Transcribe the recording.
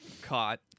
caught